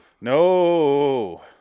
No